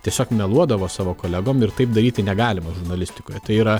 tiesiog meluodavo savo kolegom ir taip daryti negalima žurnalistikoje tai yra